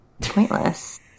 pointless